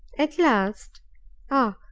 at last ah,